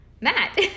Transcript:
Matt